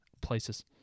places